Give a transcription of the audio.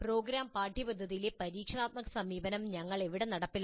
programme പാഠ്യപദ്ധതിയിലെ പരീക്ഷണാത്മക സമീപനം ഞങ്ങൾ എവിടെ നടപ്പിലാക്കും